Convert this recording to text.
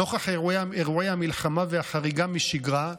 נוכח אירועי המלחמה והחריגה משגרה,